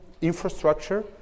infrastructure